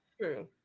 True